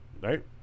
Right